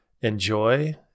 Enjoy